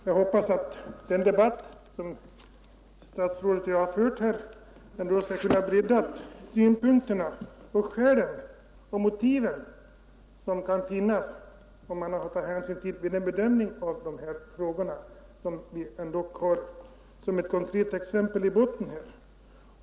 Herr talman! Jag hoppas att den debatt som statsrådet och jag fört här ändå skall ha gett synpunkter, skäl och motiv som kan finnas och som man får ta hänsyn till vid en bedömning av dessa frågor.